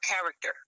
character